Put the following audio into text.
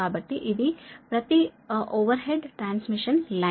కాబట్టి ఇది ప్రతి ఓవర్హెడ్ ట్రాన్స్మిషన్ లైన్